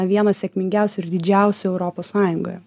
vienos sėkmingiausių ir didžiausių europos sąjungoje